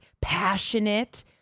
passionate